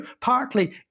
partly